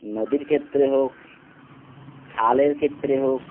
নদীর ক্ষেত্রে হোক খালের ক্ষেত্রে হোক